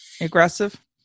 aggressive